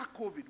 COVID